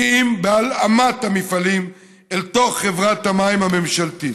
כי אם בהלאמת המפעלים אל תוך חברת המים הממשלתית.